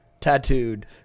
tattooed